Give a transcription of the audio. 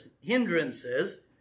hindrances